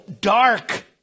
dark